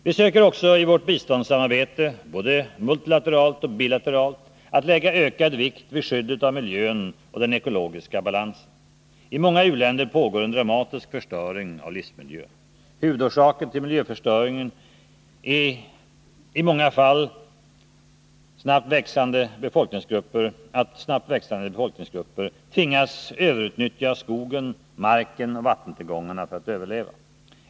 Vi söker också i vårt biståndssamarbete — både multilateralt och bilateralt — lägga ökad vikt vid skyddet av miljön och den ekologiska balansen. I många u-länder pågår en dramatisk förstöring av livsmiljön. Huvudorsaken till miljöförstöringen är i många fall att snabbt växande befolkningsgrupper tvingas att överutnyttja skogen, marken och vattentillgångarna för att överleva.